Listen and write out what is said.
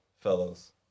fellows